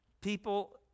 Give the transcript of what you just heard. People